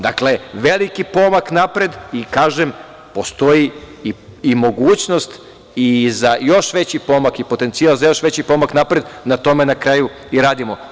Dakle, veliki pomak napred i kažem postoji i mogućnost i za još veći pomak i potencijal, za još veći pomak napred, na tome na kraju i radimo.